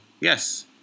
yes